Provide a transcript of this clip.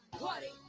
party